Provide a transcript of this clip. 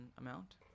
amount